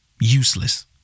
Useless